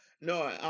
No